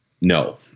No